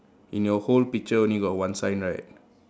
in your whole picture only got one sign right